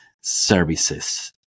services